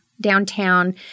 downtown